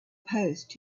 post